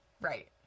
Right